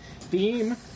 theme